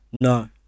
No